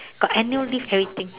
got annual leave everything